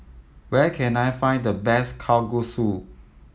where can I find the best Kalguksu